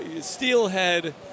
steelhead